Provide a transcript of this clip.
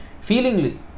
feelingly